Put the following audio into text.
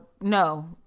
no